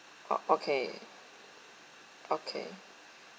oh okay okay